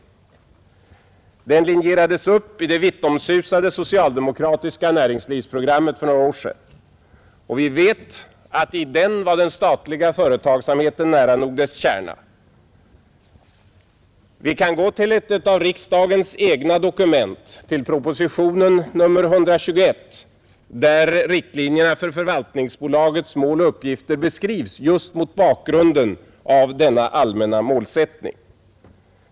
Målsättningen linjerades upp i det vittomsusade socialdemokratiska näringslivsprogrammet för några år sedan. Den statliga företagsamheten var nära nog dess kärna. Vi kan också gå till ett av riksdagens egna dokument, propositionen nr 121 år 1969, där riktlinjerna för förvaltningsbolagets mål och uppgifter skisseras just mot bakgrunden av denna allmänna målsättning.